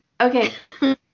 Okay